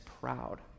proud